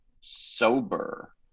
sober